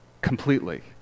completely